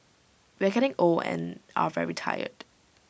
we are getting old and are very tired